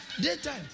Daytime